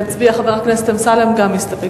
חבר הכנסת אמסלם מסתפק.